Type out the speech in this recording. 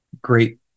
great